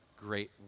great